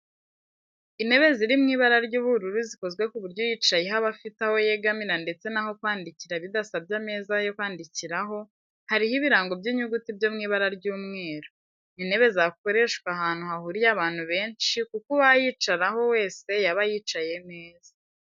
Intebe ziri mu ibara ry'ubururu zikozwe ku buryo uyicayeho aba afite aho yegamira ndetse n'aho kwandikira bidasabye ameza yandi yo kwandikiraho, hariho ibirango by'inyuguti byo mu ibara ry'umweru. Ni intebe zakoreshwa ahantu hahuriye abantu benshi kuko uwayicaraho wese yaba yicaye neza.